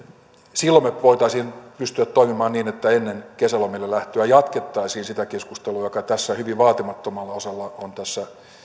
silloin me voisimme pystyä toimimaan niin että ennen kesälomille lähtöä jatkettaisiin sitä keskustelua joka hyvin vaatimattomalla osalla on tässä